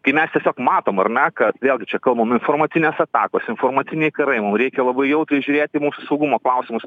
kai mes tiesiog matom ar ne kad vėlgi čia kalbam informacinės atakos informaciniai karai mum reikia labai jautriai žiūrėti į mūsų saugumo klausimus